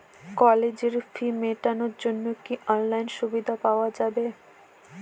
কলেজের ফি মেটানোর জন্য কি অনলাইনে সুবিধা পাওয়া যাবে?